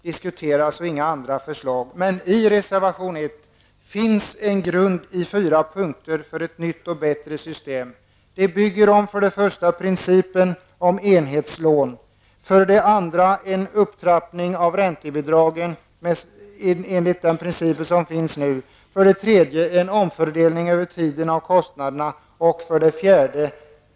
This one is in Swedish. Men reservation 1 innehåller ett förslag i fyra punkter som kan utgöra grund för ett nytt och bättre system. Förslaget bygger på principen om enhetslån, en upptrappning av räntebidragen enligt nu gällande princip, en omfördelning över tiden av kostnaderna och på ett ökat sparande.